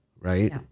right